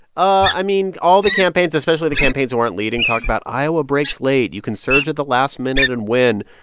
i mean, all the campaigns, especially the campaigns who aren't leading, talk about iowa breaks late. you can surge at the last minute and win.